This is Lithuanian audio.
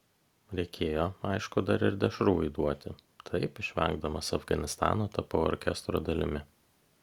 reikėjo aišku dar ir dešrų įduoti taip išvengdamas afganistano tapau orkestro dalimi